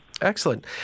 Excellent